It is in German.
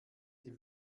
die